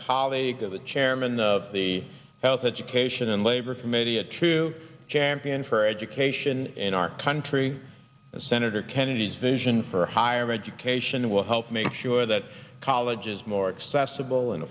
colleague to the chairman of the house education and labor committee a true champion for education in our country and senator kennedy's vision for higher education will help make sure that college is more accessible and